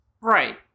right